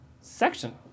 section